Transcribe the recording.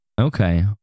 Okay